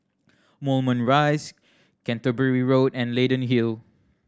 Moulmein Rise Canterbury Road and Leyden Hill